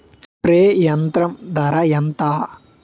Spray యంత్రం ధర ఏంతా?